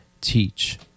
teach